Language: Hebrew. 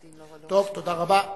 טוב, תודה רבה.